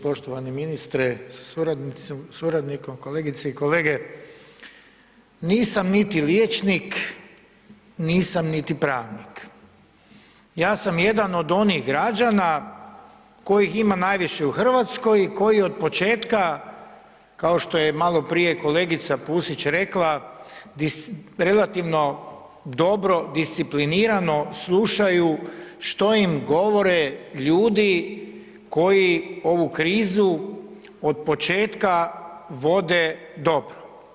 Poštovani ministre sa suradnikom, kolegice i kolege, nisam niti liječnik, nisam niti pravnik, ja sam jedan od onih građana kojih ima najviše u Hrvatskoj i koji od početka kao što je maloprije kolegica Pusić rekla relativno dobro, disciplinirano slušaju što im govore ljudi koji ovu krizu od početka vode dobro.